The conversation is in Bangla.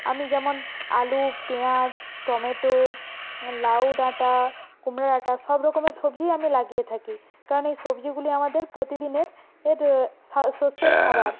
আমি যেমন আলু পেঁয়াজ টমেটো লাউ ডাঁটা কুমড়ো ডাঁটা সব রকমের সবজিই আমি লাগিয়ে থাকি কারণ এই সবজিগুলি আমাদের প্রতিদিনের এর শস্যের খাবার